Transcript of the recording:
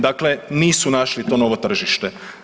Dakle nisu našli to novo tržište.